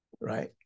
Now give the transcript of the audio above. right